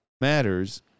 matters